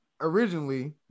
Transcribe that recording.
originally